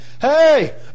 Hey